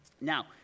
now